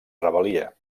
rebel·lia